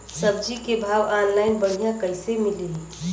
सब्जी के भाव ऑनलाइन बढ़ियां कइसे मिली?